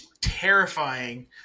terrifying